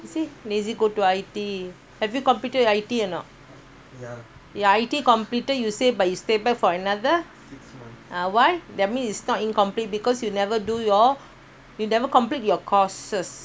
see lazy to go to I_T have you completed your I_T ah not your I_T completed you say but you stay back for another ah why that means it's not incomplete because you never do your you never complete your courses